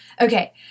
Okay